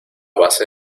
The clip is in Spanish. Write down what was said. base